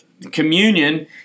Communion